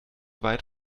weit